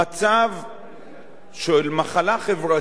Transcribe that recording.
של מחלה חברתית או פגם חברתי.